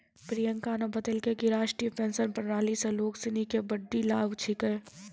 प्रियंका न बतेलकै कि राष्ट्रीय पेंशन प्रणाली स लोग सिनी के बड्डी लाभ छेकै